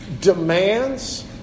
demands